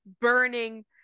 burning